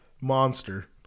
Monster